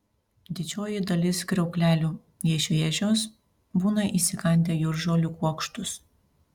didžioji dalis kriauklelių jei šviežios būna įsikandę jūržolių kuokštus